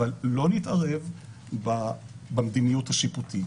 אבל לא נתערב במדיניות השיפוטית.